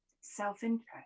self-interest